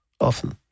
often